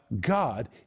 God